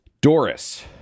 Doris